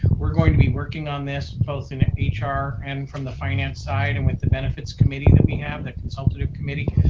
we're going to be working on this both in ah hr and from the finance side and with the benefits committee that we have, the consultative committee,